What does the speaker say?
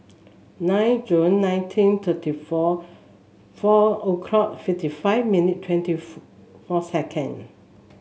nine June nineteen thirty four four o'clock fifty five minutes twenty four seconds